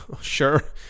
sure